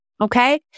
okay